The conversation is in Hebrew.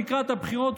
לקראת הבחירות,